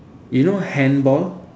you know handball